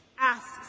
asks